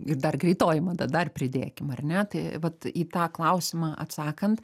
ir dar greitoji mada dar pridėkim ar ne tai vat į tą klausimą atsakant